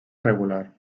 regular